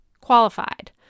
qualified